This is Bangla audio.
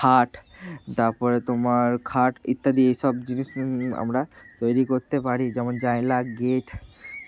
খাট তাপরে তোমার খাট ইত্যাদি এইসব জিনিস আমরা তৈরি করতে পারি যেমন জায়লা গেট